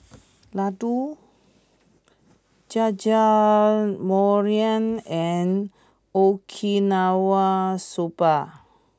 Ladoo Jajangmyeon and Okinawa Soba